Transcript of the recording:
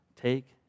take